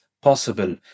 possible